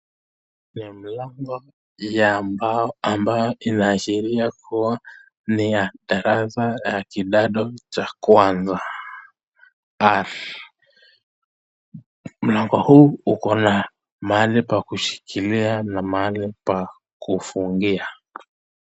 Ni mlango ya mbao ambayo inaashiria kua ni ya darasa ya kidato ya kwanza. Mlango huu uko na mahali pa kushikilia na mahali pa kufungia.